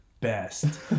best